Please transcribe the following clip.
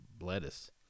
lettuce